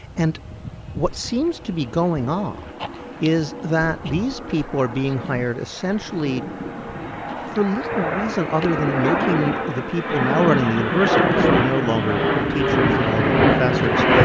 and what seems to be going on is that these people are being hired essentially for little reason other than making the people now running the universities who are no longer the teachers, no longer the professors,